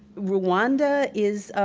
rwanda is,